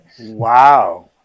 wow